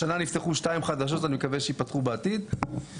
השנה נפתחו שתיים חדשות, אני מקווה שייפתחו בעתיד.